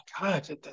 God